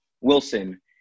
Wilson